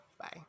bye